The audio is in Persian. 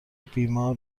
بیمار